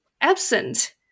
absent